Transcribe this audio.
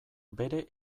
bere